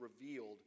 revealed